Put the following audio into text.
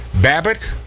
Babbitt